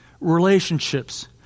relationships